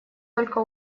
только